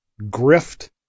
grift